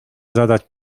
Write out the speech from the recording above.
zadać